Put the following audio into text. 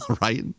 right